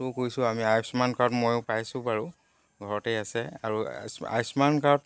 মও কৈছোঁ আমি আয়ুস্মান কাৰ্ড ময়ো পাইছোঁ বাৰু ঘৰতেই আছে আৰু আয় আয়ুস্মান কাৰ্ড